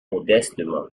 modestement